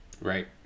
Right